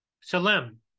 Salem